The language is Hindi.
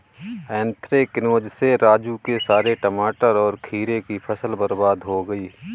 एन्थ्रेक्नोज से राजू के सारे टमाटर और खीरे की फसल बर्बाद हो गई